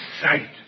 sight